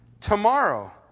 Tomorrow